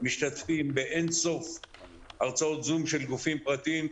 משתתפים באין-סוף הרצאות זום של גופים פרטיים,